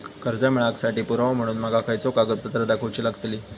कर्जा मेळाक साठी पुरावो म्हणून माका खयचो कागदपत्र दाखवुची लागतली?